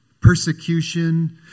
persecution